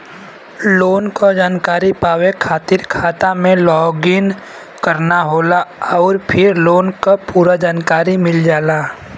loan क जानकारी पावे खातिर खाता में लॉग इन करना होला आउर फिर लोन क पूरा जानकारी मिल जाला